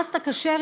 אסא כשר,